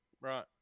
Right